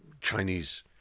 Chinese